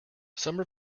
summer